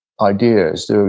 ideas